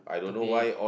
to be